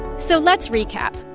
so let's recap.